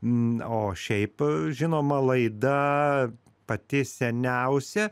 m o šiaip žinoma laida pati seniausia